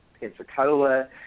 Pensacola